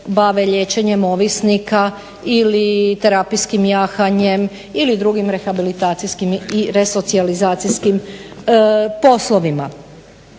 bave liječenjem ovisnika ili terapijskim jahanjem ili drugih rehabilitacijskim i resocijalizacijskim poslovima.